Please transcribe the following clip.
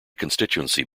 constituency